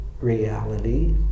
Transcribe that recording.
reality